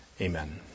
Amen